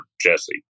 Jesse